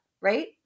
right